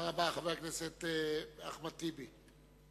חבר הכנסת אחמד טיבי.